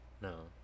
No